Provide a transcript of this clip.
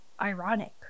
ironic